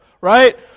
Right